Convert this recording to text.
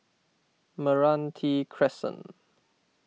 Meranti Crescent